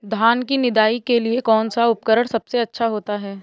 धान की निदाई के लिए कौन सा उपकरण सबसे अच्छा होता है?